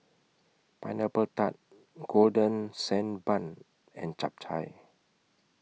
Pineapple Tart Golden Sand Bun and Chap Chai